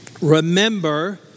Remember